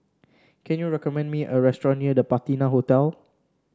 can you recommend me a restaurant near The Patina Hotel